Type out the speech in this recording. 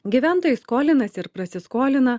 gyventojai skolinasi ir prasiskolina